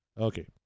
Okay